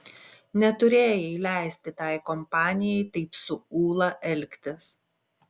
neturėjai leisti tai kompanijai taip su ūla elgtis